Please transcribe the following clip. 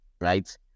Right